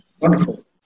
Wonderful